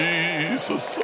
Jesus